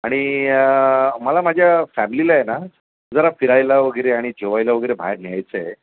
आणि मला माझ्या फॅमिलीला आहे ना जरा फिरायला वगैरे आणि जेवायला वगैरे बाहेर न्यायचं आहे